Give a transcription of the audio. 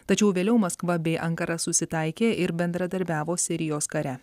tačiau vėliau maskva bei ankara susitaikė ir bendradarbiavo sirijos kare